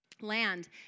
land